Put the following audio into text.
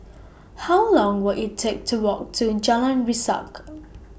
How Long Will IT Take to Walk to Jalan Resak